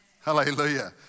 Hallelujah